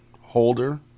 holder